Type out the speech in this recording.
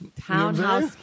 Townhouse